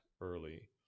early